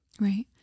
Right